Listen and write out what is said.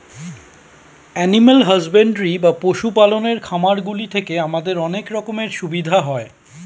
animal husbandry বা পশু পালনের খামারগুলি থেকে আমাদের অনেক রকমের সুবিধা হয়